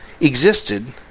existed